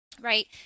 Right